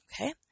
Okay